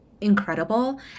incredible